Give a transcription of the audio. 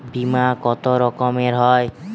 বিমা কত রকমের হয়?